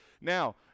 Now